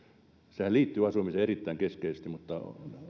sehän liittyy asumiseen erittäin keskeisesti mutta